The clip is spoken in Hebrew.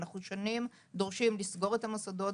אנחנו שנים דורשים לסגור את המוסדות,